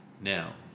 Now